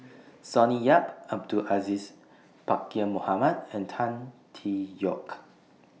Sonny Yap Abdul Aziz Pakkeer Mohamed and Tan Tee Yoke